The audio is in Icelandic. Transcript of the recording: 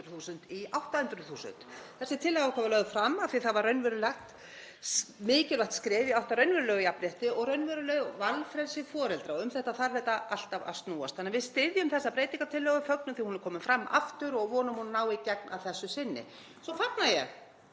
Þessi tillaga okkar var lögð fram af því að það var raunverulega mikilvægt skref í átt að raunverulegu jafnrétti og raunverulegu valfrelsi foreldra og um þetta þarf þetta alltaf að snúast. Við styðjum því þessa breytingartillögu, fögnum því að hún sé komin fram aftur og vonum að hún nái í gegn að þessu sinni. Svo fagna ég